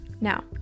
Now